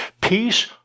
Peace